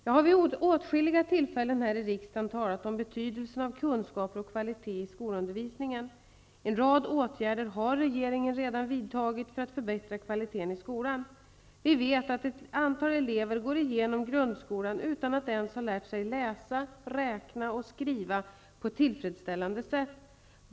Jag har vid åtskilliga tillfällen här i riksdagen talat om betydelsen av kunskaper och kvalitet i skolundervisningen. En rad åtgärder har regeringen redan vidtagit för att förbättra kvaliteten i skolan. Vi vet att ett antal elever går igenom grundskolan utan att ens ha lärt sig läsa, räkna och skriva på ett tillfredsställande sätt.